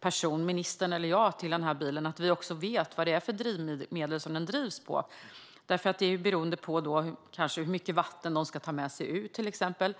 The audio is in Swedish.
platsen och ska larma vet vilket drivmedel bilen drivs med. Då kan de veta hur mycket vatten de ska ta med sig ut till exempel.